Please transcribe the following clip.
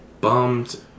bummed